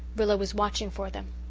rilla was watching for them.